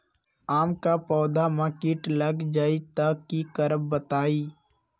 आम क पौधा म कीट लग जई त की करब बताई?